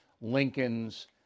Lincoln's